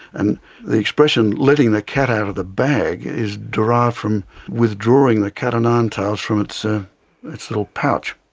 and the expression letting the cat out of the bag is derived from withdrawing the cat o' nine tails from its ah its little pouch.